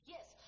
Yes